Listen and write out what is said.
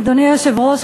אדוני היושב-ראש,